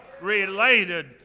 related